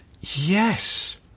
Yes